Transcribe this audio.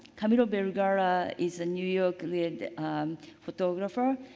camilo vergara is a new york lead photographer.